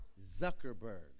Zuckerberg